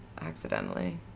accidentally